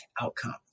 outcomes